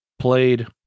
played